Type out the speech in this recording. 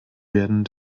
werden